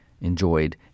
enjoyed